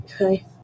Okay